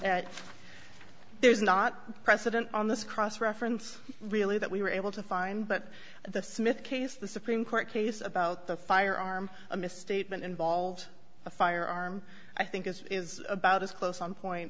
there's not a precedent on this cross reference really that we were able to find but the smith case the supreme court case about the firearm a misstatement involved a firearm i think it is about as close some point